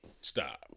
Stop